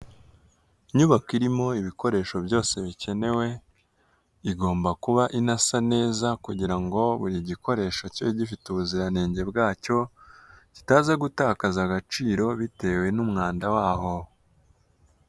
Inyubako irimo ibikoresho byose bikenewe, igomba kuba inasa neza kugira ngo buri gikoresho cyari gifite ubuziranenge bwacyo, kitaza gutakaza agaciro bitewe n'umwanda waho.